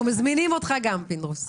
אנחנו גם מזמינים אותך, פינדרוס.